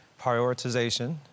prioritization